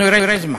אנוריזמה,